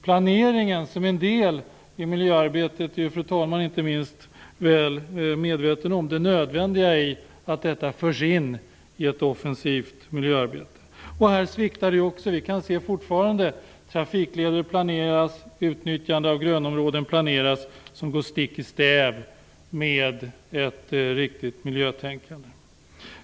Planeringen som en del i miljöarbetet är det nödvändigt - det är jag medveten om - att föra in i ett offensivt miljöarbete. Här sviktar det också. Vi kan se fortfarande hur trafikleder planeras, utnyttjande av grönområden planeras, som går stick i stäv med ett riktig miljötänkande.